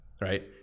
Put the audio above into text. Right